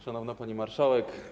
Szanowna Pani Marszałek!